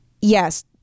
Yes